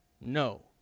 No